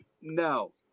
No